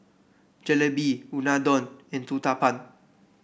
Jalebi Unadon and Uthapam